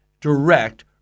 direct